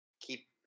Keep